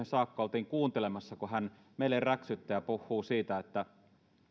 saakka oltiin kuuntelemassa kun hän meille räksyttää ja puhuu siitä että